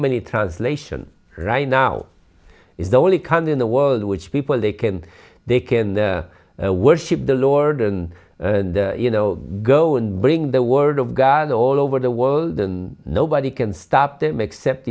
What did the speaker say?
many translation right now is the only country in the world in which people they can they can worship the lord and you know go and bring the word of god all over the world and nobody can stop them except